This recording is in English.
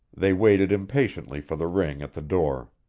they waited impatiently for the ring at the door.